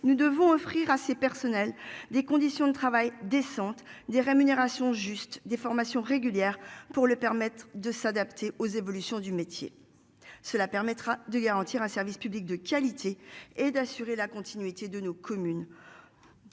nous devons offrir à ces personnels, des conditions de travail décentes des rémunérations juste des formations régulières pour le permettre de s'adapter aux évolutions du métier. Cela permettra de garantir un service public de qualité et d'assurer la continuité de nos communes.